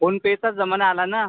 phone पेचा जमाना आला ना